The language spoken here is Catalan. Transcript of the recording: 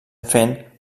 fent